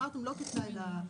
בסדר, אמרנו לא כתנאי לתוקף,